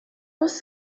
was